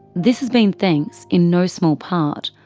this has been thanks, in no small part,